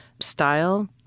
style